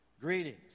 Greetings